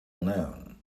known